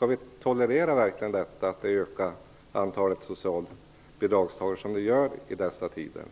verkligen tolerera att antalet socialbidragstagare ökar som det gör i dessa tider?